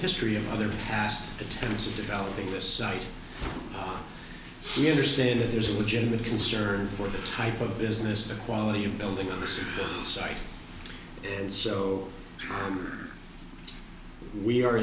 history of other past the tenants of developing this site you understand that there's a legitimate concern for the type of business the quality of building on the site so we are